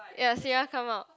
ya Sierra come out